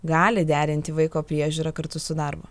gali derinti vaiko priežiūrą kartu su darbu